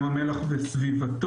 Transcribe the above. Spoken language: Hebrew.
בריא.